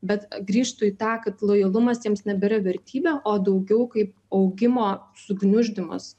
bet grįžtu į tą kad lojalumas jiems nebėra vertybė o daugiau kaip augimo sugniuždymas